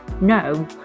no